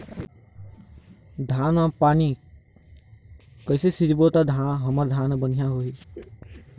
धान मा पानी कइसे सिंचबो ता हमर धन हर बढ़िया होही?